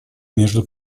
между